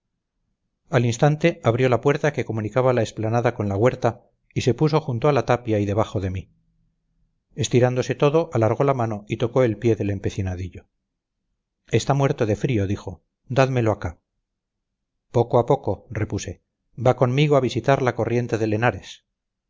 al instante abrió la puerta que comunicaba la explanada con la huerta y se puso junto a la tapia y debajo de mí estirándose todo alargó la mano y tocó el pie del empecinadillo está muerto de frío dijo dádmelo acá poco a poco repuse va conmigo a visitar la corriente del henares